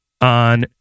on